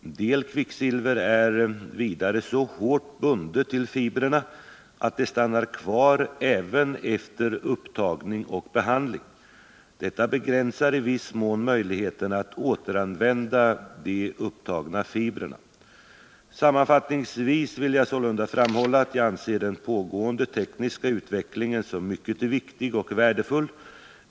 En del kvicksilver är vidare så hårt bundet till fibrerna att det stannar kvar även efter upptagning och behandling. Detta begränsar i viss mån möjligheterna att återanvända de upptagna fibrerna. Sammanfattningsvis vill jag sålunda framhålla att jag anser den pågående tekniska utvecklingen som mycket viktig och värdefull.